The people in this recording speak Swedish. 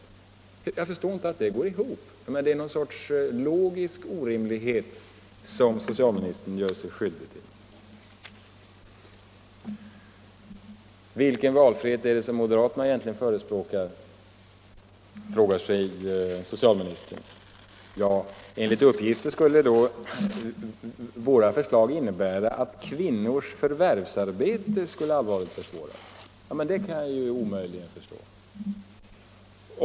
Jag tycker inte att ett sådant resonemang går ihop. Det är någon sorts logisk orimlighet som socialministern gör sig skyldig till. Vilken valfrihet är det som moderaterna egentligen förespråkar, frågar sig socialministern. Enligt uppgift skulle våra förslag innebära att kvinnornas förvärvsarbete skulle allvarligt försvåras. Det kan jag omöjligt förstå.